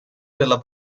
della